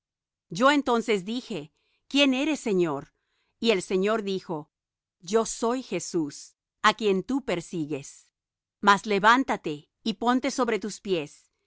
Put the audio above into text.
yo entonces dije quién eres señor y el señor dijo yo soy jesús á quien tú persigues mas levántate y ponte sobre tus pies